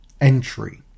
entry